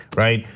right?